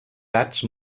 gats